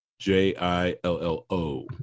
J-I-L-L-O